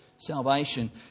salvation